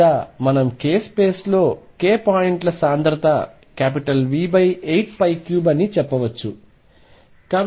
లేదా మనం k స్పేస్లో k పాయింట్ల సాంద్రత V83అని చెప్పవచ్చు